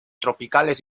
tropicales